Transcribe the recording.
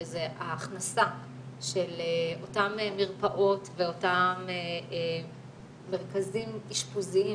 שזה ההכנסה של אותן מרפאות ואותם מרכזים אשפוזיים,